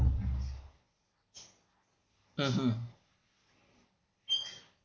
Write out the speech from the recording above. mmhmm